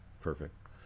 Perfect